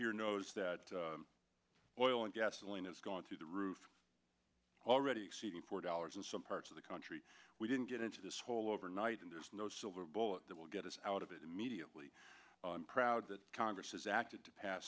here knows that oil and gasoline has gone through the roof already exceeding four dollars in some parts of the country we didn't get into this hole overnight and there is no silver bullet that will get us out of it immediately proud that congress has acted to pass